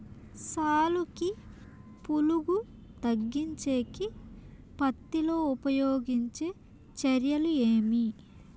సాలుకి పులుగు తగ్గించేకి పత్తి లో ఉపయోగించే చర్యలు ఏమి?